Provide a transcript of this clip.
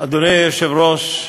אדוני היושב-ראש,